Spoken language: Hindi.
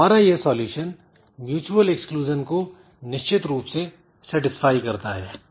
तो हमारा यह सलूशन म्यूच्यूअल एक्सक्लूजन को निश्चित रूप से सेटिस्फाई करता है